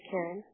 Karen